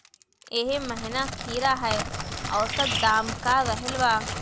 एह महीना खीरा के औसत दाम का रहल बा?